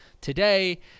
today